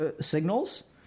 signals